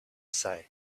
say